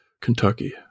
Kentucky